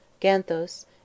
Ganthos